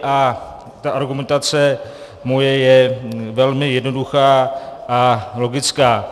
A moje argumentace je velmi jednoduchá a logická.